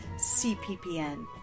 cppn